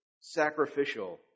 sacrificial